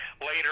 Later